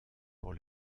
pour